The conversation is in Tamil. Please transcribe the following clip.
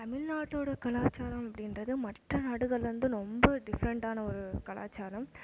தமிழ்நாட்டோடய கலாச்சாரம் அப்படின்றது மற்ற நாடுகள்லேருந்து ரொம்ப டிஃப்ரெண்டான ஒரு கலாச்சாரம்